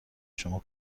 شما